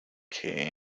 que